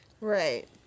Right